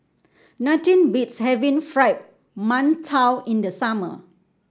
nothing beats having Fried Mantou in the summer